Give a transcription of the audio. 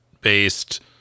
based